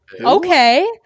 okay